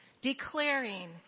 declaring